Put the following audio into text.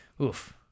oof